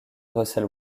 russel